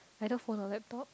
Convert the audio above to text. either phone or laptop